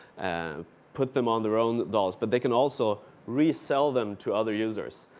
and put them on their own dolls. but they can also resell them to other users.